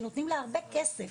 שנותנים לה הרבה כסף.